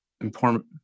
important